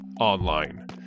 online